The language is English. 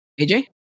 AJ